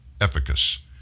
efficacy